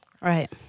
Right